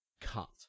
cut